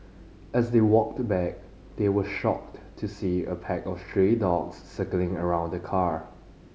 as they walked back they were shocked to see a pack of stray dogs circling around the car